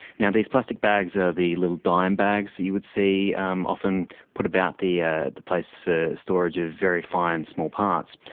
these plastic bags are the little dime bags that you would see um often put about the ah the place for storage of very fine small parts.